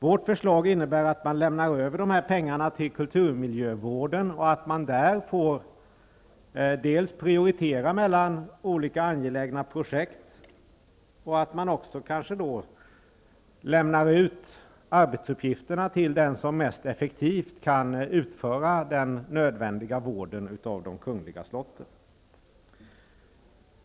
Vårt förslag innebär att pengarna lämnas över till kulturmiljövården, och att man där får prioritera mellan olika angelägna projekt och därefter lämna ut arbetsuppgifterna till den som mest effektivt kan utföra den nödvändiga vården av de kungliga slotten.